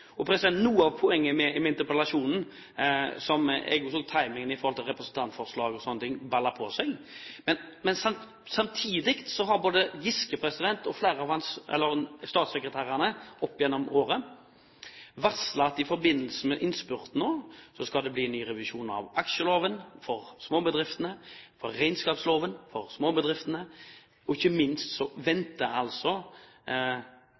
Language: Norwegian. Jeg forstår at timingen i forhold til representantforslag og sånne ting gjør at det baller på seg. Men samtidig har både Giske og flere av statssekretærene opp gjennom varslet at i forbindelse med innspurten nå skal det bli ny revisjon av aksjeloven med tanke på småbedriftene, regnskapsloven med tanke på småbedriftene – og ikke minst